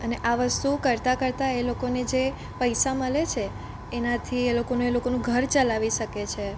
અને આ વસ્તુ કરતાં કરતાં એ લોકોને જે પૈસા મળે છે એનાથી એ લોકોનું એ લોકોનું ઘર ચલાવી શકે છે